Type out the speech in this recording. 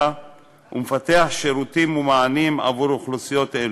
ומפתח שירותים ומענים עבור אוכלוסיות אלו.